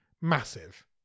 Massive